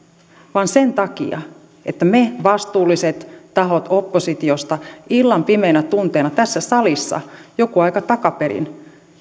vaan sen takia että me vastuulliset tahot oppositiosta illan pimeinä tunteina tässä salissa joku aika takaperin